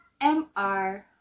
MR